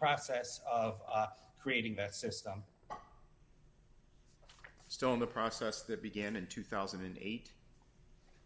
process of creating that system still in the process that began in two thousand and eight